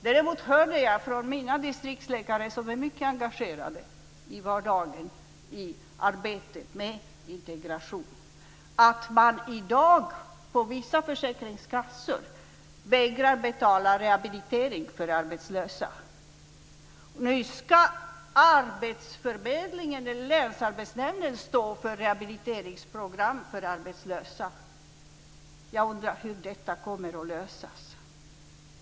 Däremot hörde jag från distriktsläkare som är mycket engagerade i vardagen i arbetet med integration att man i dag på vissa försäkringskassor vägrar betala rehabilitering för arbetslösa. Nu ska länsarbetsnämnden stå för rehabiliteringsprogram för arbetslösa. Jag undrar hur detta kommer att lösas.